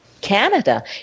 Canada